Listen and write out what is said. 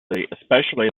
especially